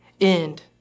end